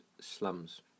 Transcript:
slums